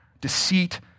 deceit